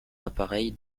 appareil